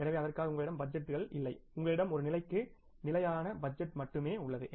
எனவே அதற்காக உங்களிடம் பட்ஜெட்டுகள் இல்லை உங்களிடம் ஒரு நிலைக்கு ஸ்டாடிக் பட்ஜெட் மட்டுமே உள்ளது